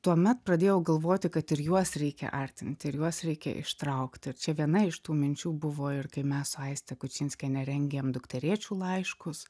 tuomet pradėjau galvoti kad ir juos reikia artinti ir juos reikia ištraukti ir čia viena iš tų minčių buvo ir kai messu aiste kučinskiene rengėm dukterėčių laiškus